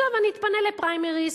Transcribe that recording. עכשיו אני אתפנה לפריימריז.